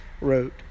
wrote